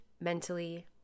mentally